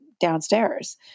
downstairs